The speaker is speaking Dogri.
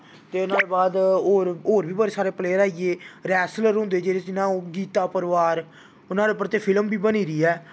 ते नोआड़े बाद होर होर बी बड़े सारे प्लेयर आई गे रैसलर होंदे जि'यां गीता परवार नोआड़े पर ते फिल्म बी बनी दी ऐ